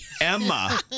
Emma